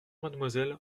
mademoiselle